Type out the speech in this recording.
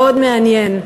מאוד מעניין.